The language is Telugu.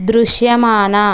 దృశ్యమాన